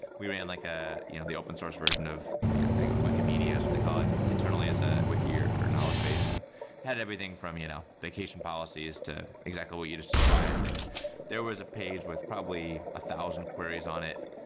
we were in like ah you know the open source version of i think it was wikimedia is what they call it, internally is a wiki or or knowledge base and had everything from you know vacation policies to exactly what you just described. and there was a page with probably a thousand queries on it.